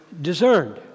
discerned